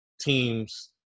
teams